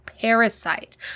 parasite